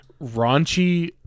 raunchy